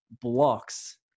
blocks